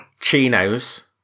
Chino's